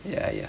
ya ya